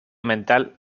mental